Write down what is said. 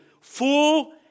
full